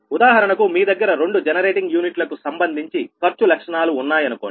ఉదాహరణకు మీ దగ్గర రెండు జనరేటింగ్ యూనిట్ల కు సంబంధించి ఖర్చు లక్షణాలు ఉన్నాయి అనుకోండి